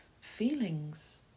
feelings